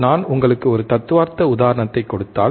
நான் உங்களுக்கு ஒரு தத்துவார்த்த உதாரணத்தைக் கொடுத்தால்